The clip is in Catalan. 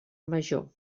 major